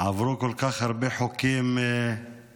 עברו כל כך הרבה חוקים מטורללים,